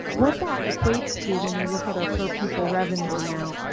what that equates to when we look at our per pupil revenue amount,